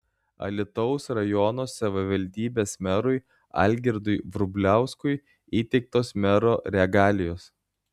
alytaus rajono savivaldybės merui algirdui vrubliauskui įteiktos mero regalijos